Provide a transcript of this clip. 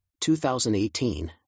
2018